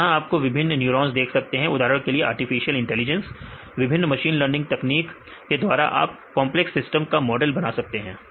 तो यहां आप विभिन्न न्यूरॉन्स देख सकते हैं उदाहरण के लिए आर्टिफिशियल इंटेलिजेंस विभिन्न मशीन लर्निंग तकनीक के द्वारा आप कंपलेक्स सिस्टम का मॉडल बना सकते हैं